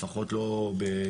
לפחות לא --- לא,